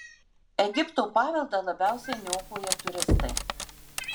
egipto paveldą labiausiai niokoja turistai